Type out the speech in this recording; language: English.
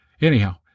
Anyhow